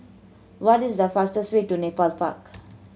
what is the fastest way to Nepal Park